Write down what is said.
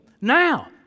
Now